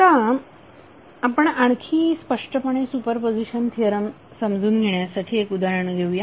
आता आपण आणखी स्पष्टपणे सुपरपोझिशन थिअरम समजून घेण्यासाठी एक उदाहरण घेऊया